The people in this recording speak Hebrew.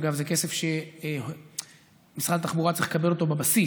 אגב, זה כסף שמשרד התחבורה צריך לקבל אותו בבסיס.